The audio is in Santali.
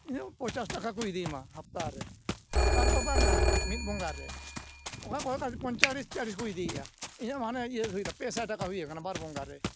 ᱤᱧᱟᱹᱜ ᱯᱚᱸᱪᱟᱥ ᱴᱟᱠᱟ ᱠᱚ ᱤᱫᱤᱭᱢᱟ ᱦᱟᱯᱛᱟ ᱨᱮ ᱦᱟᱯᱛᱟ ᱨᱮᱫᱚ ᱵᱟᱝᱼᱟ ᱢᱤᱫ ᱵᱚᱸᱜᱟᱨᱮ ᱚᱠᱟᱠᱚ ᱯᱚᱭᱛᱟᱞᱤᱥ ᱪᱚᱞᱞᱤᱥ ᱠᱚ ᱤᱫᱤᱭᱮᱜᱼᱟ ᱤᱧᱟᱹᱜ ᱢᱟᱱᱮ ᱤᱭᱟᱹ ᱦᱩᱭᱱᱟ ᱯᱮᱥᱟᱭ ᱴᱟᱠᱟ ᱦᱩᱭ ᱟᱠᱟᱱᱟ ᱵᱟᱨ ᱵᱚᱸᱜᱟᱨᱮ